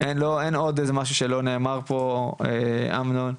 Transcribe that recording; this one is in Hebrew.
אין עוד איזה משהו שלא נאמר פה, אמנון,